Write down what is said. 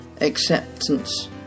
acceptance